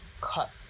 cut